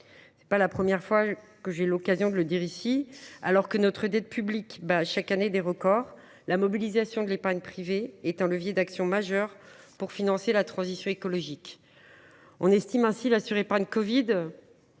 Ce n’est pas la première fois que j’ai l’occasion de le dire ici : alors que notre dette publique bat chaque année des records, la mobilisation de l’épargne privée constitue un levier d’action majeur pour financer la transition écologique. On estime ainsi que la « surépargne covid